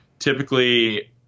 Typically